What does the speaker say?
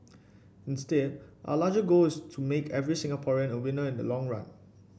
instead our larger goal is to make every Singaporean a winner in the long run